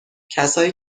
کسایی